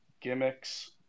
gimmicks